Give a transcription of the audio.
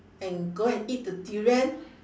and go and eat the durian